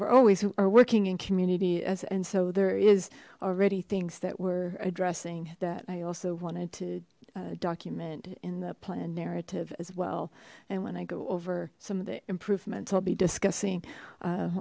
ve always are working in community as and so there is already things that we're addressing that i also wanted to document in the planned narrative as well and when i go over some of the improvements i'll be discussing uh